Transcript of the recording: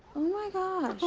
my gosh.